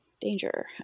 danger